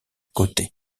côté